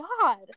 God